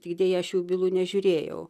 tai deja aš jų bylų nežiūrėjau